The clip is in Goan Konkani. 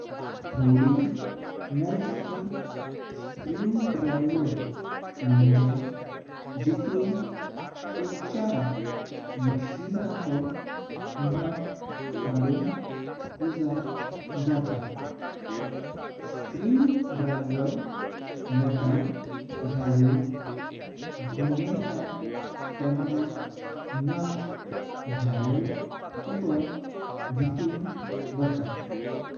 थोडी मोजकी स्क्रूड्रायव्हर मोंचेन जितून फूइचाइ मेचिनाचो नाट काडुंक उजार जाता। स्क्रूड्रायव्हर नातां घालून घुनेता तेंना नाट भार कींवा भीतून वाता।